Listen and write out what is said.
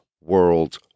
World